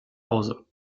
hause